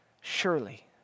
surely